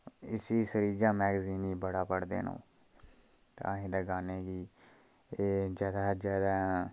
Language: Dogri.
इस शरीजा मैगजीन गी बड़ा पढ़दे दे न ओह् ते अस ते कैह्नें कि एह् जगह् जगह्